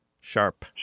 sharp